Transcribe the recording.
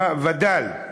וד"ל,